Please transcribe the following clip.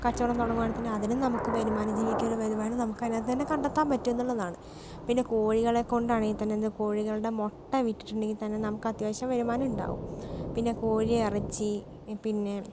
കച്ചവടം തുടങ്ങുവാണേൽ തന്നെ അതിനും നമുക്ക് വരുമാനം ജീവിക്കാൻ ഒരു വരുമാനം നമുക്ക് അതിനകത്തുന്നു തന്നെ കണ്ടെത്താൻ പറ്റുമെന്നുള്ളതാണ് പിന്നെ കോഴികളെകൊണ്ടാണെങ്കിൽ തന്നെ എന്താ കോഴികളുടെ മുട്ട വിറ്റിട്ടുണ്ടെങ്കിൽ തന്നെ നമുക്കത്യാവശ്യം വരുമാനം ഉണ്ടാവും പിന്നെ കോഴി ഇറച്ചി പിന്നെ